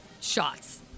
shots